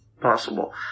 Possible